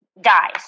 dies